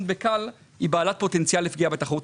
ב-כאל היא בעלת פוטנציאל לפגיעה בתחרות.